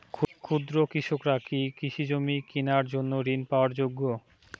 ক্ষুদ্র কৃষকরা কি কৃষিজমি কিনার জন্য ঋণ পাওয়ার যোগ্য?